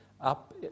up